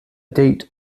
date